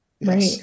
Right